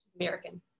American